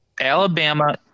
Alabama